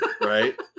right